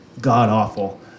god-awful